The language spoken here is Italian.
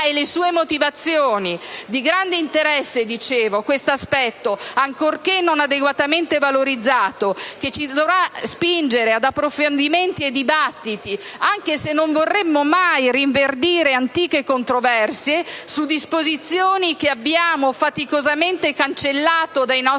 e le sue motivazioni. Di grande interesse, dicevo, questo aspetto, ancorché non adeguatamente valorizzato che ci dovrà spingere ad effettuare approfondimenti e dibattiti, anche se non vorremmo mai rinverdire antiche controversie su disposizioni che abbiamo faticosamente cancellato dai nostri codici